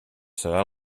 serà